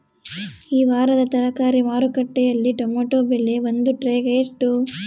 ಈ ವಾರದ ತರಕಾರಿ ಮಾರುಕಟ್ಟೆಯಲ್ಲಿ ಟೊಮೆಟೊ ಬೆಲೆ ಒಂದು ಟ್ರೈ ಗೆ ಎಷ್ಟು?